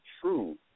true